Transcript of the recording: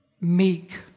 meek